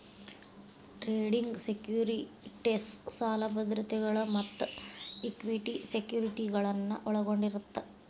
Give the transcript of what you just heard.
trading securities ಸಾಲ ಭದ್ರತೆಗಳ ಮತ್ತ ಇಕ್ವಿಟಿ ಸೆಕ್ಯುರಿಟಿಗಳನ್ನ ಒಳಗೊಂಡಿರತ್ತ